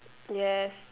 yes